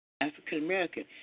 African-American